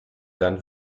dann